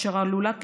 אשר עלולה,